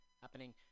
happening